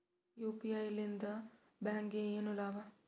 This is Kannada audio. ಯು.ಪಿ.ಐ ಲಿಂದ ಬ್ಯಾಂಕ್ಗೆ ಏನ್ ಲಾಭ?